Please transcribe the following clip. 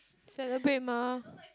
celebrate mah